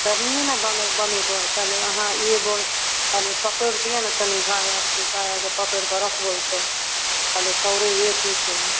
तब हींए ने बनेबै ताले आहाँ एबै ताले पकड़ि दिऽ ने तनी भाय आरके भाय आरके पकड़ि कए रखबै तऽ ताले छौड़ो लेट एतै